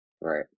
Right